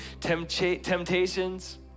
temptations